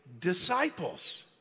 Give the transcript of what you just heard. disciples